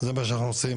זה מה שאנחנו עושים.